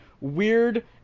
weird